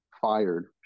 fired